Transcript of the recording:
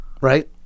right